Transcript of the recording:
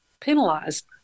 penalized